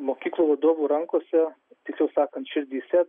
mokyklų vadovų rankose tiksliau sakant širdyse